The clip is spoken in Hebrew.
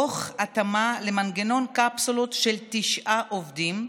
תוך התאמה למנגנון קפסולות של תשעה עובדים,